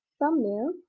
thumbnail,